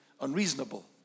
unreasonable